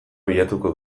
bilatuko